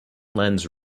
lens